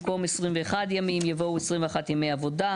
במקום "21 ימים" יבוא "21 ימי עבודה".